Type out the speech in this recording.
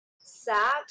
sad